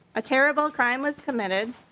a terrible crime was committed